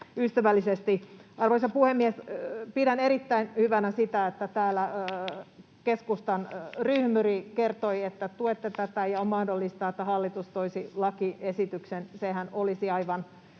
ympäristöystävällisesti. Arvoisa puhemies! Pidän erittäin hyvänä sitä, että täällä keskustan ryhmyri kertoi, että tuette tätä ja on mahdollista, että hallitus toisi lakiesityksen — sehän olisi aivan